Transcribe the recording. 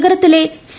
നഗരത്തിലെ സി